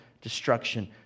destruction